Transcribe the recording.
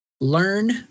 Learn